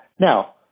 now